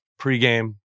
pregame